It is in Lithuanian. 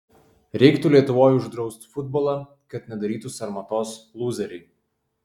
reiktų lietuvoj uždraust futbolą kad nedarytų sarmatos lūzeriai